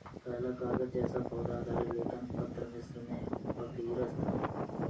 पहला कागज़ जैसा पौधा आधारित लेखन पत्र मिस्र में पपीरस था